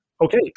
Okay